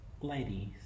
Ladies